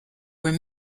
were